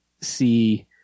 see